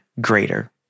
greater